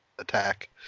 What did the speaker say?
attack